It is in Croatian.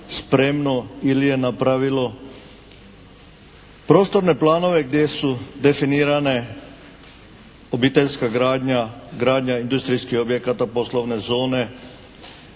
ili je napravilo prostorne planove gdje su definirane obiteljska gradnja, gradnja industrijskih objekata, poslovne zone,